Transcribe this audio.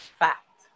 fact